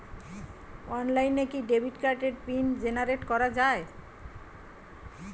অনলাইনে কি ডেবিট কার্ডের পিন জেনারেট করা যায়?